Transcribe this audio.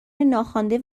ناخوانده